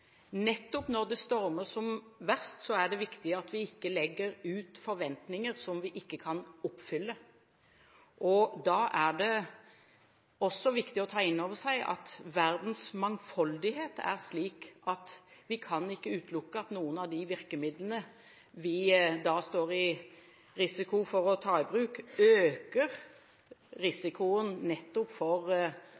Nettopp når det stormer som verst, er det viktig at vi ikke legger ut forventninger som vi ikke kan oppfylle. Da er det også viktig å ta inn over seg at verdens mangfoldighet er slik at vi ikke kan utelukke at noen av de virkemidlene vi står i risiko for å ta i bruk, øker